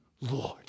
Lord